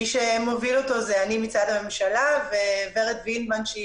מי שמוביל אותו זה אני מצד הממשלה וורד וינמן שהיא